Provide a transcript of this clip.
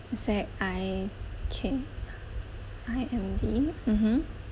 Z I K I M D mmhmm